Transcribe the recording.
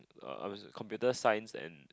uh what was it computer science and